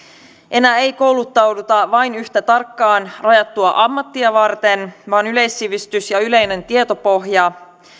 enää ei kouluttauduta vain yhtä tarkkaan rajattua ammattia varten vaan yleissivistys ja ja yleinen tietopohja